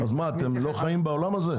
אתם לא חיים בעולם הזה?